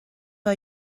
are